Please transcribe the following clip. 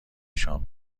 شام